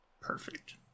Perfect